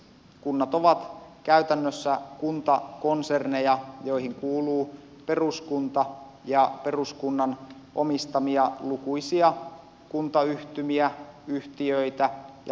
kunnat ovat käytännössä kuntakonserneja joihin kuuluu peruskunta ja peruskunnan omistamia lukuisia kuntayhtymiä yhtiöitä ja liikelaitoksia